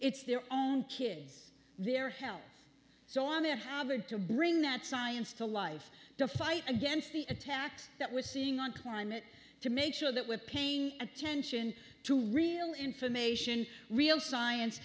it's their own kids their health so i'm at harvard to bring that science to life to fight against the attacks that we're seeing on climb to make sure that we're paying attention to real information real science